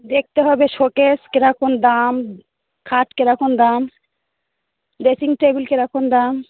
দেখতে হবে শোকেস কীরকম দাম খাট কীরকম দাম ড্রেসিং টেবিল কীরকম দাম